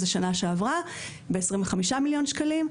בשנה שעברה נתנו 25 מיליון ₪ למכרז הזה,